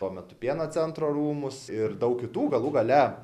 tuo metu pieno centro rūmus ir daug kitų galų gale